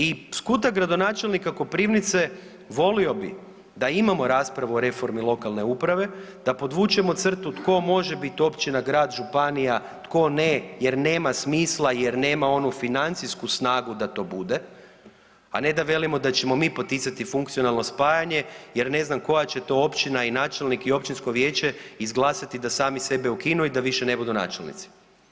I s kuta gradonačelnika Koprivnice volio bi da imamo raspravu o reformi lokalne uprave, da podvučemo crtu tko može bit općina, grad, županija, tko ne jer nema smisla jer nema onu financijsku snagu da to bude, a ne da velimo da ćemo mi poticati funkcionalno spajanje jer ne znam koja će to općina i načelnik i općinsko vijeće izglasati da sami sebe ukinu i da više ne budu načelnici.